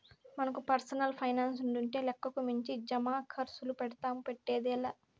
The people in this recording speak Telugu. మనకు పర్సనల్ పైనాన్సుండింటే లెక్కకు మించి జమాకర్సులు పెడ్తాము, పెట్టేదే లా